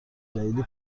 جدید